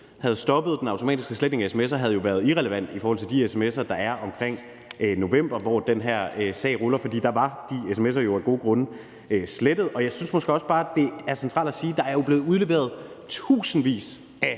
havde stoppet den automatiske sletning af sms'er havde jo været irrelevant i forhold til de sms'er, der er omkring november, hvor den her sag ruller, for der var de sms'er jo af gode grunde slettet. Jeg synes måske også bare, det er centralt at sige, at der jo er blevet udleveret tusindvis af